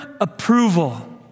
approval